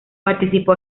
participó